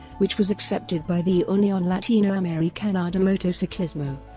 which was accepted by the union latinoamericana de motociclismo,